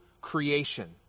creation